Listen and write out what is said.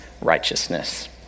righteousness